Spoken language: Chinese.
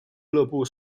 俱乐部